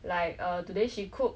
like err today she cook